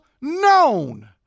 known